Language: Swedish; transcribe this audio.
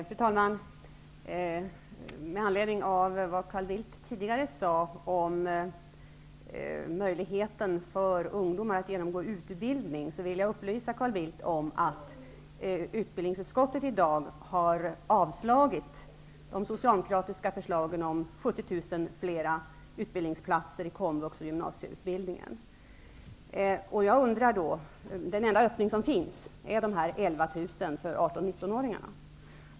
Fru talman! Med anledning av vad Carl Bildt tidigare sade om möjligheten för ungdomar att genomgå utbildning vill jag upplysa Carl Bildt om att utbildningsutskottet i dag har avstyrkt det socialdemokratiska förslaget om 70 000 fler utbildningsplatser i komvux och gymnasieutbildningen. Den enda öppning som finns är de 11 000 platserna för 18--19-åringarna.